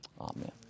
Amen